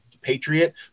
Patriot